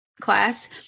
class